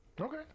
Okay